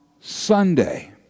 Sunday